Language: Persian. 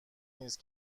نیست